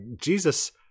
jesus